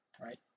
right